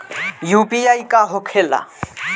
UPI का होके ला?